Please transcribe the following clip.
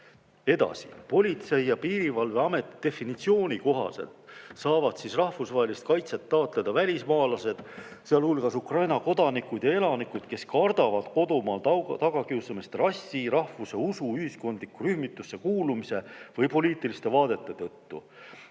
Edasi. Politsei‑ ja Piirivalveameti definitsiooni kohaselt saavad rahvusvahelist kaitset taotleda välismaalased, sealhulgas Ukraina kodanikud ja elanikud, kes kardavad kodumaal tagakiusamist rassi, rahvuse, usu, ühiskondlikku rühmitusse kuulumise või poliitiliste vaadete tõttu.